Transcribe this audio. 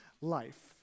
life